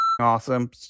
awesome